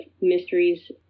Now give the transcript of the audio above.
mysteries